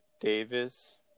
Davis